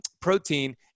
protein